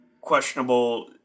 questionable